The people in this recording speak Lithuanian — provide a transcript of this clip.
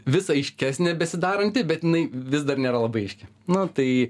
vis aiškesnė besidaranti bet jinai vis dar nėra labai aiški nu tai